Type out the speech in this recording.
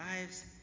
lives